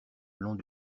long